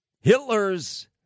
Hitler's